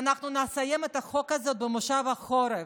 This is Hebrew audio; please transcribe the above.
ואנחנו נסיים את החוק הזה במושב החורף,